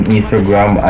Instagram